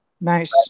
Nice